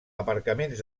aparcaments